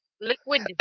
liquid